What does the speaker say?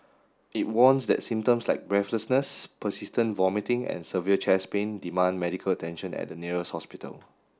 it warns that symptoms like breathlessness persistent vomiting and severe chest pain demand medical attention at the nearest hospital